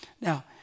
Now